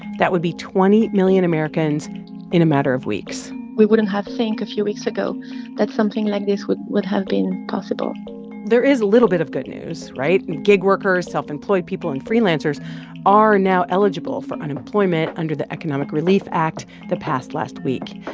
that would be twenty million americans in a matter of weeks we wouldn't have think a few weeks ago that something like this would would have been possible there is a little bit of good news, right? and gig workers, self-employed people and freelancers are now eligible for unemployment under the economic relief act that passed last week.